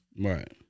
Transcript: Right